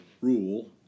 rule